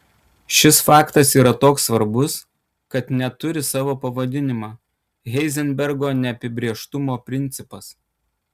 šis faktas yra toks svarbus kad net turi savo pavadinimą heizenbergo neapibrėžtumo principas